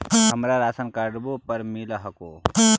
हमरा राशनकार्डवो पर मिल हको?